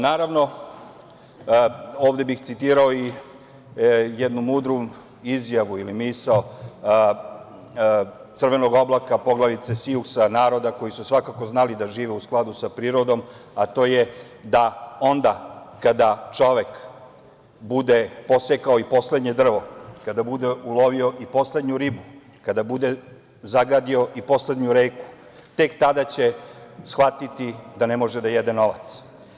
Naravno, ovde bih citirao jednu mudru izjavu ili misao Crvenog Oblaka, poglavice Sijuksa, naroda koji su svakako znali da žive u skladu sa prirodom, a to je da onda kada čovek bude posekao i poslednje drvo, kada bude ulovio i poslednju ribu, kada bude zagadio i poslednju reku, tek tada će shvatiti da ne može da jede novac.